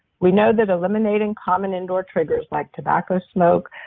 we know that eliminating common indoor triggers like tobacco, smoke,